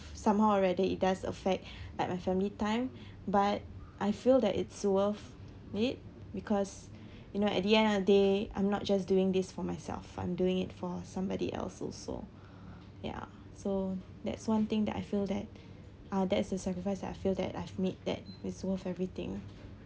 somehow or rather it does affect like my family time but I feel that it's worth it because you know at the end of the day I'm not just doing this for myself I'm doing it for somebody else also ya so that's one thing that I feel that uh that is the sacrifice that I feel that I've made that is worth everything